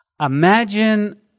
imagine